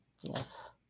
Yes